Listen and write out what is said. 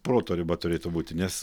proto riba turėtų būti nes